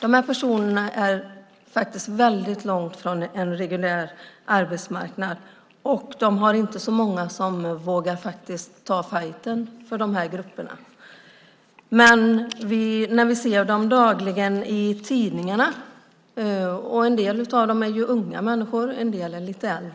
De här personerna står långt från en reguljär arbetsmarknad. De har inte så många som vågar ta fajten för dem. En del av dem är unga människor och en del är lite äldre.